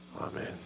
Amen